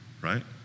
right